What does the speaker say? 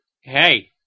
hey